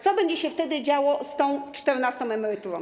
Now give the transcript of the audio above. Co będzie się wtedy działo z tą czternastą emeryturą?